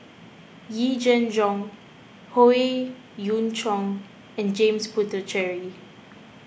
Yee Jenn Jong Howe Yoon Chong and James Puthucheary